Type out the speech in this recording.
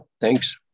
Thanks